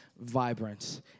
vibrant